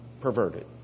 perverted